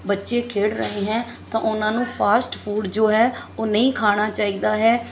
ਬੱਚੇ ਖੇਡ ਰਹੇ ਹੈ ਤਾਂ ਉਹਨਾਂ ਨੂੰ ਫਾਸਟ ਫੂਡ ਜੋ ਹੈ ਉਹ ਨਹੀਂ ਖਾਣਾ ਚਾਹੀਦਾ ਹੈ